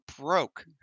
broke